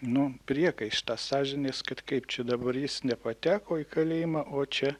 nu priekaištą sąžinės kad kaip čia dabar jis nepateko į kalėjimą o čia